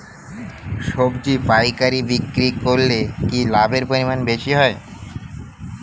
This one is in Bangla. সবজি পাইকারি বিক্রি করলে কি লাভের পরিমাণ বেশি হয়?